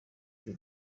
ibyo